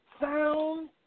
sound